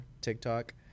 TikTok